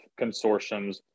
consortiums